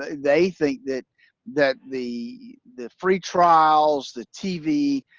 they think that that the the free trials, the tv,